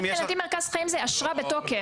מרכז חיים, מבחינתי זאת אשרה בתוקף.